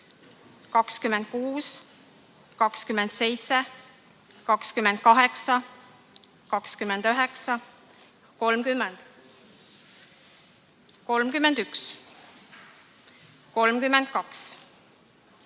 26, 27, 28, 29, 30, 31, 32,